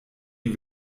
die